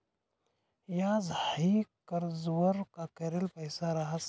याज हाई कर्जवर आकारेल पैसा रहास